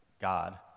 God